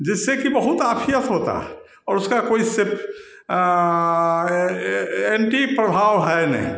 जिससे कि बहुत आफियत होता है और उसका कोई सिर्फ एंटी प्रभाव है नहीं